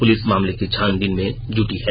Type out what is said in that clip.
police मामले की छानबीन में जुटी है